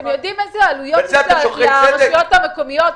אתם יודעים איזה עלויות יש לרשויות המקומיות?